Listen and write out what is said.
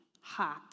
hot